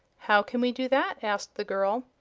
how can we do that? asked the girl.